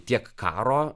tiek karo